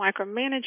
micromanaging